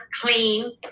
clean